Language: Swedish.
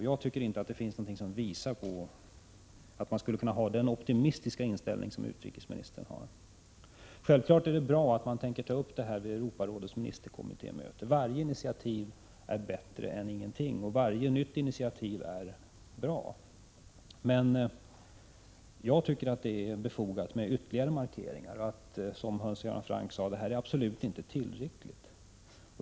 Jag tycker inte att det finns någonting som visar på att man skulle kunna ha den optimistiska inställning som utrikesministern har. Självfallet är det bra att utrikesministern tänker ta upp den turkiska frågan vid Europarådets ministerkommittémöte. Varje initiativ är bättre än att inte göra någonting — det är bra med varje nytt initiativ. Men jag tycker att det är befogat med ytterligare markeringar och instämmer i Hans Göran Francks uttalande om att det som görs absolut inte är tillräckligt.